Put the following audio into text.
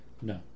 No